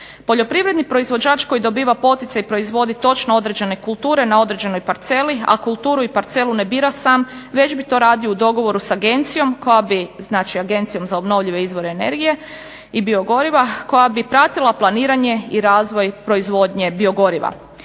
Poljoprivredni proizvođač koji dobiva poticaj proizvodi točno određene kulture na točno određenoj parceli, a kulturu i parcelu ne bira sam već bi to radio u dogovoru s Agencijom za obnovljive izvore energije i biogoriva koja bi pratila planiranje i razvoj proizvodnje biogoriva.